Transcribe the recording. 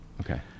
Okay